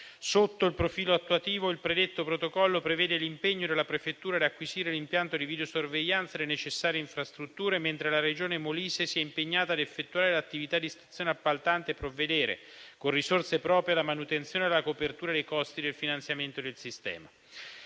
Sotto il profilo attuativo, il predetto protocollo prevede l'impegno della prefettura di acquisire l'impianto di videosorveglianza e le necessarie infrastrutture, mentre la Regione Molise si è impegnata a effettuare l'attività di stazione appaltante e provvedere, con risorse proprie, alla manutenzione e alla copertura dei costi del finanziamento del sistema.